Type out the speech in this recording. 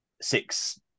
six